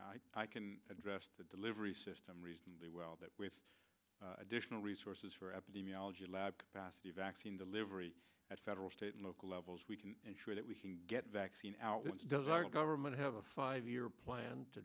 asking i can address the delivery system reasonably well that we have additional resources for epidemiology lab the vaccine delivery at federal state and local levels we can ensure that we can get vaccine out which does our government have a five year plan to